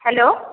hello